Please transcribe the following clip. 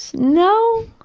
so no?